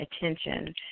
attention